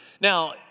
Now